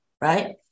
right